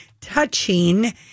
touching